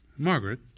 Margaret